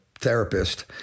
therapist